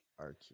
RQ